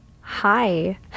Hi